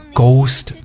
Ghost